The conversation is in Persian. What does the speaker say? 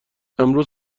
امروز